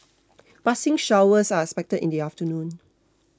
passing showers are expected in the afternoon